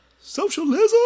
Socialism